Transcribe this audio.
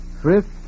Thrift